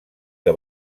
que